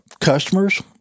customers